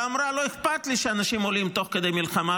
ואמרה: לא אכפת לי שאנשים עולים תוך כדי מלחמה,